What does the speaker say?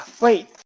wait